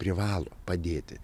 privalo padėti